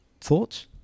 Thoughts